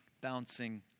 bouncing